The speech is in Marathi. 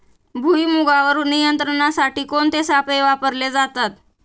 भुईमुगावर नियंत्रणासाठी कोणते सापळे वापरले जातात?